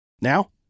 Now